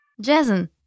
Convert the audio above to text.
Jason